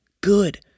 good